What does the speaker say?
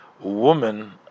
woman